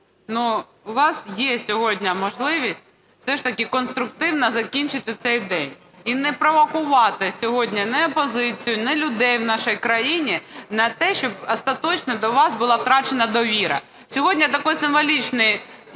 у вас є сьогодні можливість все ж таки конструктивно закінчити цей день і не провокувати сьогодні ні опозицію, ні людей у нашій країні на те, щоб остаточно до вас була втрачена довіра. Сьогодні такий символічний